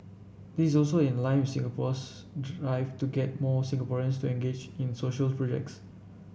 this is also in line with Singapore's drive to get more Singaporeans to engage in social projects